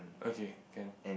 okay can